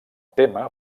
tema